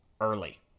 early